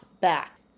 back